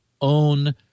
own